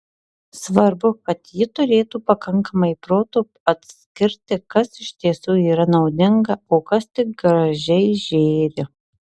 svarbu kad ji turėtų pakankamai proto atskirti kas iš tiesų yra naudinga o kas tik gražiai žėri